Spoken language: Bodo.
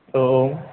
औ